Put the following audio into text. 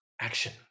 action